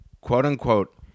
quote-unquote